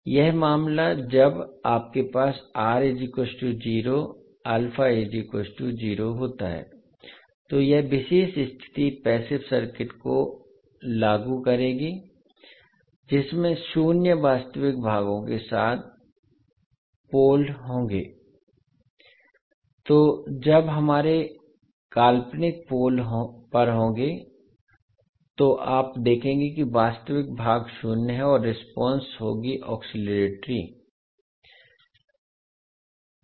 यह मामला जब आपके पास होता है तो यह विशेष स्थिति पैसिव सर्किट को लागू करेगी जिसमें शून्य वास्तविक भागों के साथ छेद होंगे तो जब हमारे काल्पनिक पोल पर होगे तो आप देखेंगे कि वास्तविक भाग शून्य है और रेस्पोंस होगी ओस्किलटरी होना